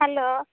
hello